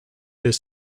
this